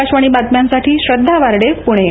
आकाशवाणी बातम्यां साठी श्रध्दाक वार्डे पुणे